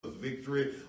victory